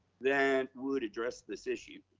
that would address this issue?